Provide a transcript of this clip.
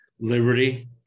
Liberty